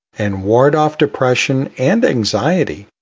and ward off depression and anxiety.